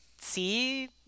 see